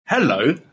Hello